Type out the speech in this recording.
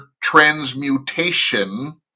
transmutation